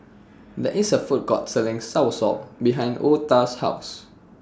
There IS A Food Court Selling Soursop behind Otha's House